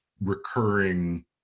recurring